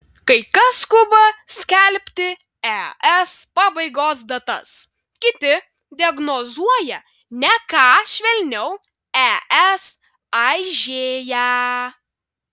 kai kas skuba skelbti es pabaigos datas kiti diagnozuoja ne ką švelniau es aižėja